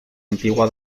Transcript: antigua